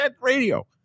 radio